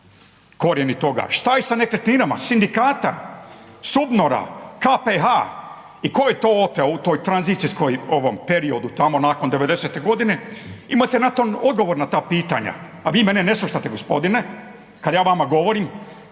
korijeni toga. Šta je sa nekretninama, sindikata, SUBNOR-a, KPH, i tko je to oteo u tom tranzicijskom periodu tamo nakon '90.-te godine? Imate .../Govornik se ne razumije./... odgovor na ta pitanja. A vi mene ne slušate gospodine kad ja vama govorim,